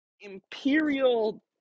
imperial